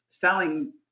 selling